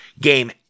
game